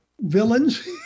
villains